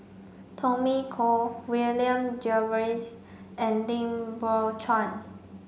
Tommy Koh William Jervois and Lim Biow Chuan